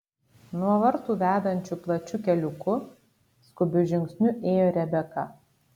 nuo vartų vedančiu plačiu keliuku skubiu žingsniu ėjo rebeka